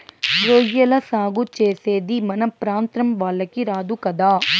రొయ్యల సాగు చేసేది మన ప్రాంతం వాళ్లకి రాదు కదా